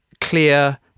clear